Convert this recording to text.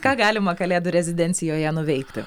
ką galima kalėdų rezidencijoje nuveikti